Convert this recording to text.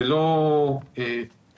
זה לא מכונה.